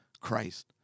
Christ